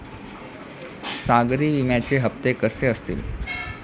सागरी विम्याचे हप्ते कसे असतील?